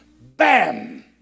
Bam